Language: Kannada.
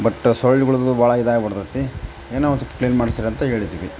ಬಟ್ ಸೊಳ್ಳೆಗಳ್ದು ಭಾಳ ಇದಾಗ್ಬಿಡ್ತದೆ ಏನು ಒನ್ಸೊಲ್ಪ ಕ್ಲೀನ್ ಮಾಡ್ಸಿರಿ ಅಂತ ಹೇಳಿದ್ವಿ